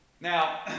Now